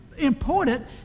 important